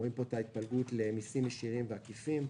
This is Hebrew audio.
רואים פה את ההתפלגות למסים ישירים ועקיפים,